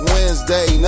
Wednesday